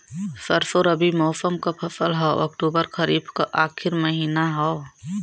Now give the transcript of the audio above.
सरसो रबी मौसम क फसल हव अक्टूबर खरीफ क आखिर महीना हव